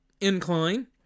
incline